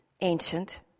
ancient